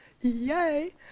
Yay